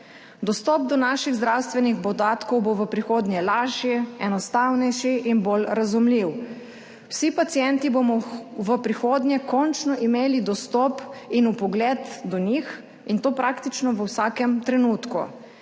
Dostop do naših zdravstvenih dodatkov bo v prihodnje lažji, enostavnejši in bolj razumljiv. Vsi pacienti bomo v prihodnje končno imeli dostop in vpogled do njih, in to praktično v vsakem trenutku.